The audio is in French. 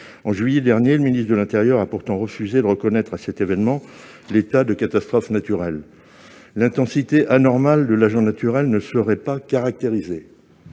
En juillet dernier, le ministre de l'intérieur a pourtant refusé de reconnaître à cet événement l'état de catastrophe naturelle. En effet, l'intensité anormale de l'agent naturel ne serait pas caractérisée.